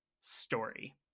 story